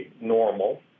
normal